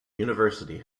university